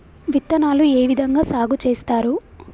విత్తనాలు ఏ విధంగా సాగు చేస్తారు?